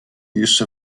use